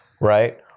right